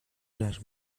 las